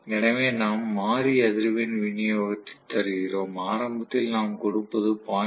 எனவே நாம் மாறி அதிர்வெண் விநியோகத்தை தருகிறோம் ஆரம்பத்தில் நாம் கொடுப்பது 0